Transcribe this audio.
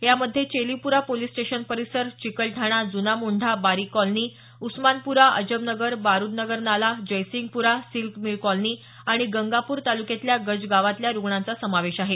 यामध्ये Chelipura police station परिसर Chikalthana Juna Mondha Bari colony Usmanpura Ajab Nagar बारुदनगरनाला जयसिंगपुरा सिल्ल मिल कॉलनी आणि गंगापूर तालुक्यातल्या गज गावातल्या रुग्णांचा समावेश आहे